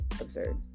absurd